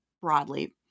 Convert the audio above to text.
broadly